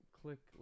click